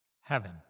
Heaven